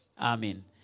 Amen